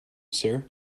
sir